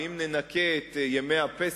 ואם ננכה את ימי הפסח,